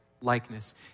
likeness